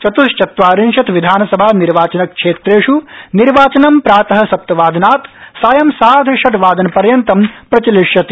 चत्रचत्वार्रिशत विधानसभा निर्वाचनक्षेत्रेष् निर्वाचनं प्रात सप्तवादनात् सायं सार्थषड़वादन पर्यन्तं प्रचलिष्यति